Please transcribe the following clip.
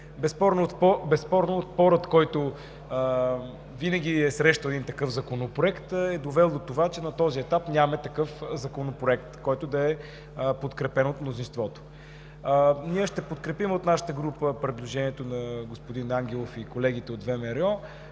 Безспорно отпорът, който винаги е срещал един такъв законопроект, е довел до това, че на този етап нямаме такъв законопроект, който да е подкрепен от мнозинството. Ние от нашата група ще подкрепим предложението на господин Ангелов и колегите от ВМРО,